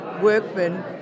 workmen